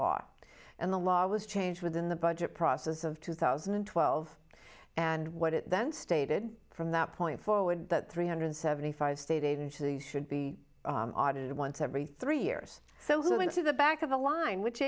law and the law was changed within the budget process of two thousand and twelve and what it then stated from that point forward that three hundred seventy five state agencies should be audited once every three years so going to the back of the line which